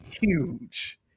huge